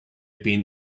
pin